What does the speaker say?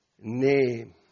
name